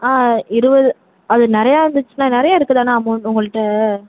ஆ இருபது அது நிறைய இருந்துச்சுன்னா நிறைய இருக்குதானே அமௌண்ட் உங்கள்கிட்ட